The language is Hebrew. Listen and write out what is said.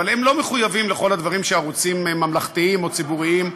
אבל הם לא מחויבים לכל הדברים שערוצים ממלכתיים או ציבוריים,